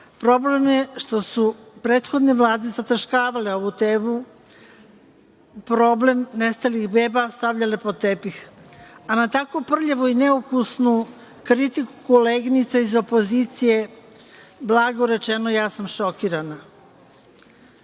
Problem je što su prethodne vlasti zataškavale ovu temu. Problem nestalih beba stavljali pod tepih, a na tako prljavu i neukusnu kritiku koleginice iz opozicije, blago rečeno, ja sam šokirana. Ovo